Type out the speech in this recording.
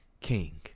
King